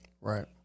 Right